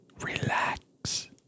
relax